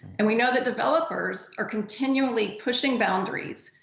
and we know that developers are continually pushing boundaries,